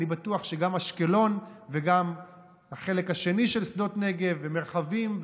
אני בטוח שגם אשקלון וגם החלק השני של שדות נגב ומרחבים,